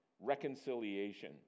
Reconciliation